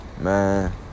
Man